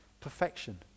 perfection